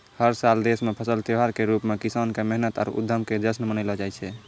हर साल देश मॅ फसल त्योहार के रूप मॅ किसान के मेहनत आरो उद्यम के जश्न मनैलो जाय छै